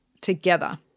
together